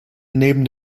neben